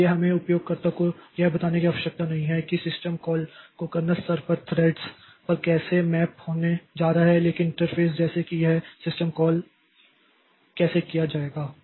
इसलिए हमें उपयोगकर्ता को यह बताने की आवश्यकता नहीं है कि इस सिस्टम कॉल को कर्नेल स्तर पर थ्रेड्स पर कैसे मैप होने जा रहा है लेकिन इंटरफ़ेस जैसे कि यह सिस्टम कॉल कैसे किया जाएगा